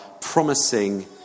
promising